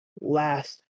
last